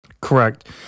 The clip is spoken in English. Correct